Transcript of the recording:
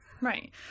Right